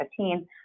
2015